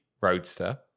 Roadster